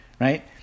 right